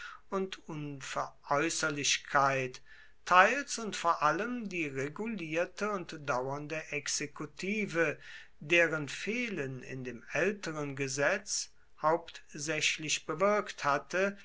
und unveräußerlichkeit teils und vor allem die regulierte und dauernde exekutive deren fehlen in dem älteren gesetz hauptsächlich bewirkt hatte